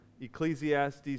Ecclesiastes